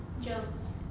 Jones